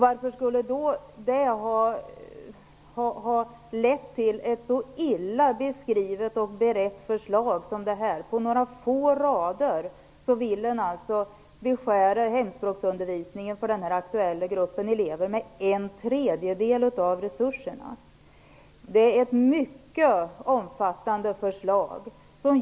Varför skulle det ha lett till ett så illa beskrivet och berett förslag som det här? På några få rader säger man att man vill beskära hemspråksundervisningen för den aktuella gruppen elever med en tredjedel av resurserna. Det är ett mycket omfattande förslag.